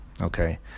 Okay